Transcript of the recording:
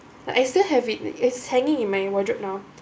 like I still have it it's hanging in my wardrobe now